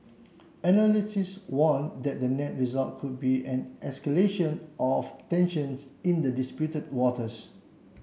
analysts warn that the net result could be an escalation of tensions in the disputed waters